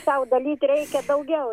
sau dalyt reikia daugiau